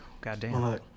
Goddamn